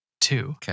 two